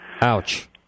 Ouch